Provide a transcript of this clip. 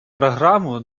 программу